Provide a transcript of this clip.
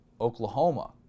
Oklahoma